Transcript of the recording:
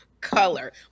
color